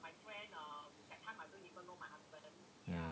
ya